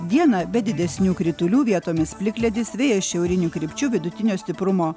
dieną be didesnių kritulių vietomis plikledis vėjas šiaurinių krypčių vidutinio stiprumo